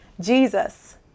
Jesus